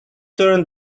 turn